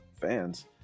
fans